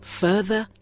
further